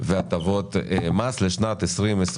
והטבות מס לשנת 2022,